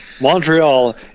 Montreal